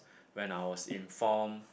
when I was inform